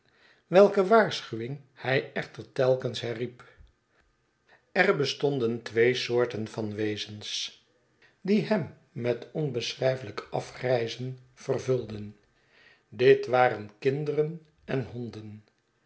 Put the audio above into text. welke waarschuwing hij echter telkens herriep er bestonden twee soorten van wezens die i augustus minns en zijn neef hem met onbeschrijfelijk afgrijzen vervulden dit waren kinderen en honden